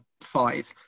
five